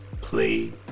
play